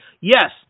Yes